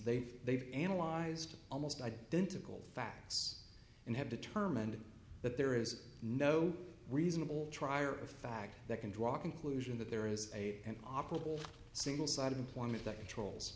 they've they've analyzed almost identical facts and have determined that there is no reasonable trier of fact that can draw conclusion that there is a an operable single sided employment that controls